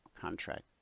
contract